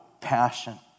passion